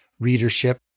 Readership